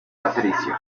patricio